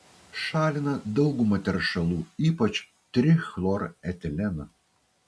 šalina daugumą teršalų ypač trichloretileną